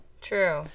True